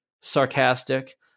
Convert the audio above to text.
sarcastic